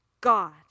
God